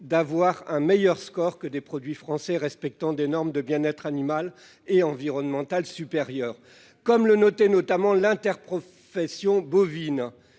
d'avoir un meilleur score que des produits français respectant des normes de bien-être animal et environnementales supérieures. Comme le soulignait notamment l'interprofession bovine,